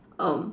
um